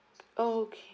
okay